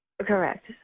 Correct